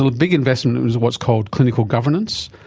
ah big investment in what's called clinical governance,